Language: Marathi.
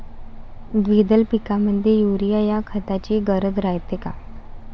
द्विदल पिकामंदी युरीया या खताची गरज रायते का?